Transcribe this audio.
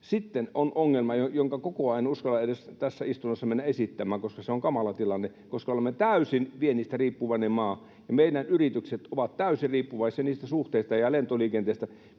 sitten on ongelma, jonka kokoa en edes uskalla tässä istunnossa mennä esittämään, koska se on kamala tilanne, koska olemme täysin viennistä riippuvainen maa ja meidän yritykset ovat täysin riippuvaisia niistä suhteista ja lentoliikenteestä,